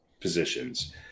positions